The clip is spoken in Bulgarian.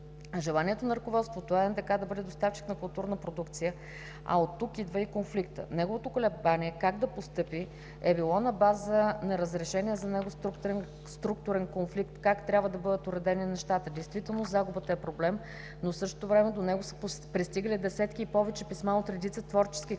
Желанието на ръководството е НДК да бъде доставчик на културна продукция. Оттук идва и конфликтът. Неговото колебание как да постъпи е било на база неразрешения за него структурен конфликт – как трябва да бъдат уредени нещата. Действително загубата е проблем, но в същото време до него са пристигнали десетки и повече писма от редица творчески кръгове,